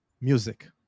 Music